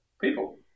people